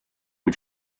mit